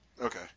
okay